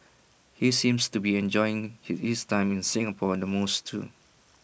he seems to be enjoying his time in Singapore in the most too